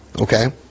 Okay